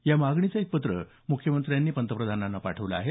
या मागणीचं एक पत्र मुख्यमंत्र्यांनी पंतप्रधानांना पाठवलं आहे